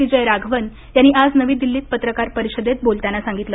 विजय राघवन यांनी आज नवी दिल्लीत पत्रकार परिषदेत बोलताना सांगितलं